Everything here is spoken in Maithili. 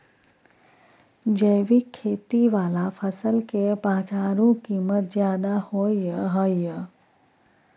जैविक खेती वाला फसल के बाजारू कीमत ज्यादा होय हय